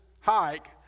hike